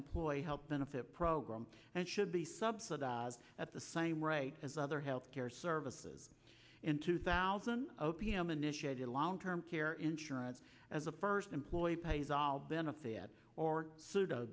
employee health benefit program and should be subsidized at the same rate as other health care services in two thousand o p m initiated a long term care insurance as a first employer pays all benefit or pseudo